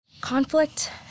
Conflict